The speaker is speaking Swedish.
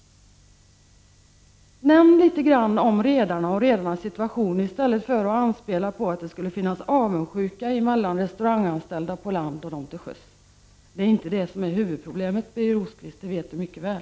Säg litet om redarna och deras situation i stället för att anspela på att det skulle finnas avundsjuka mellan restauranganställda på land och dem till sjöss. Det är ju inte huvudproblemet, Birger Rosqvist — det vet ni mycket väl.